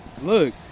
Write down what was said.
Look